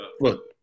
Look